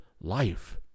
life